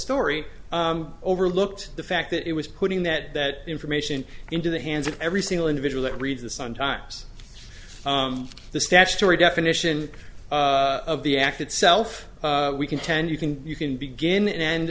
story overlooked the fact that it was putting that that information into the hands of every single individual that reads the sun times the statutory definition of the act itself we contend you can you can begin and